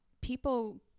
people